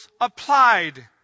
applied